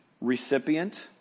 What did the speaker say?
recipient